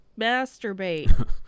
masturbate